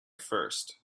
first